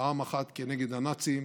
פעם אחת כנגד הנאצים,